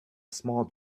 small